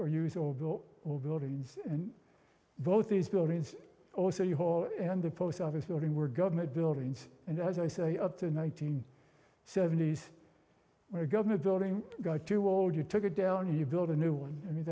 or use or or buildings and both these buildings also you hall and the post office building were government buildings and as i say up to nineteen seventies when a government building got to wall you took it down you build a new one i mean